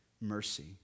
mercy